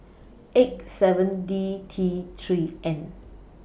eight seven D T three N